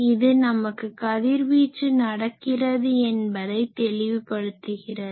இது நமக்கு கதிர்வீச்சு நடக்கிறது என்பதை தெளிவுபடுத்துகிறது